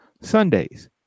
Sundays